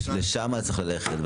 לשם צריך ללכת.